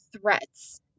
threats